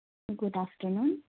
good afternoon